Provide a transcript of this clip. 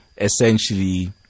essentially